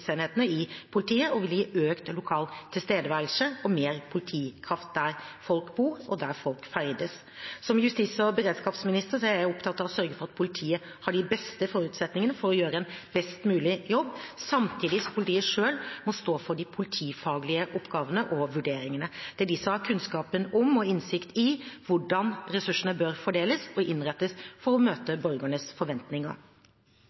i politiet og vil gi økt lokal tilstedeværelse og mer politikraft der folk bor og ferdes. Som justis- og beredskapsminister er jeg opptatt av å sørge for at politiet har de beste forutsetningene for å gjøre en best mulig jobb, samtidig som politiet selv må stå for de politifaglige oppgavene og vurderingene. Det er de som har kunnskap om og innsikt i hvordan ressursene bør fordeles og innrettes for å